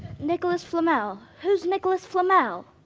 nicholas flamel, who's nicholas flamel?